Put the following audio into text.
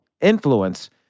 influence